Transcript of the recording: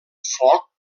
foc